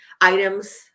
items